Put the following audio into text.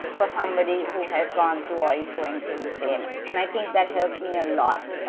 for somebody who has gone through or is going through the same. and i think that helped me a lot,